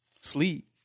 sleep